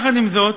עם זאת,